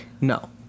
no